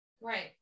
Right